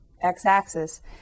x-axis